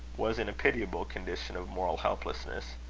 was in a pitiable condition of moral helplessness.